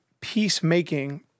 peacemaking